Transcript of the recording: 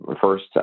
first